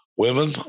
Women